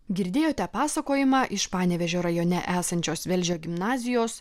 girdėjote pasakojimą iš panevėžio rajone esančios velžio gimnazijos